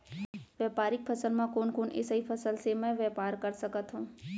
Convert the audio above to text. व्यापारिक फसल म कोन कोन एसई फसल से मैं व्यापार कर सकत हो?